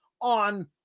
on